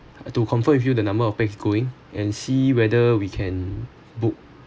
to confirm with you the number of pax going and see whether we can book